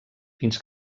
fins